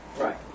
Right